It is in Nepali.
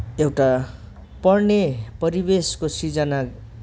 एउटा पढ्ने परिवेशको सृजना